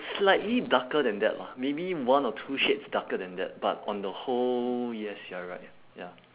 slightly darker than that lah maybe one or two shades darker than that but on the whole yes you're right ya